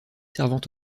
servant